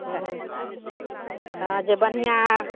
हूँ हँ जे बढ़िआँ हए